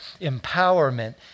empowerment